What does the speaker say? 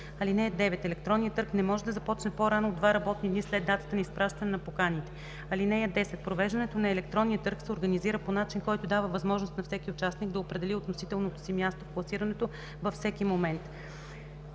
(9) Електронният търг не може да започне по-рано от два работни дни след датата на изпращане на поканите. (10) Провеждането на електронния търг се организира по начин, който дава възможност на всеки участник да определи относителното си място в класирането във всеки момент.